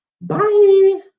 Bye